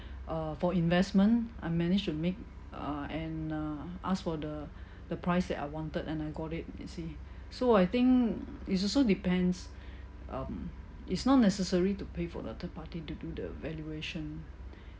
uh for investment I managed to make uh and uh ask for the the price that I wanted and I got it you see so I think it's also depends um it's not necessary to pay for the third party to do the valuation